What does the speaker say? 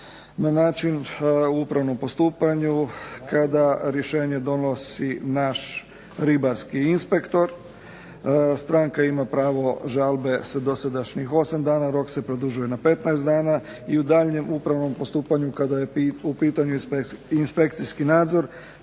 na način u upravnom postupanju kada rješenje donosi naš ribarski inspektor. Stranka ima pravo žalbe sa dosadašnjih 8 dana, rok se produžuje na 15 dana i u daljnjem upravnom postupanju kada je u pitanju inspekcijski nadzor